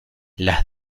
las